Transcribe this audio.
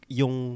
yung